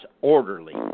orderly